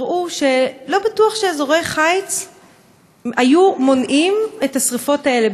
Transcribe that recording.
הראו שלא בטוח שאזורי חיץ היו מונעים את השרפות האלה.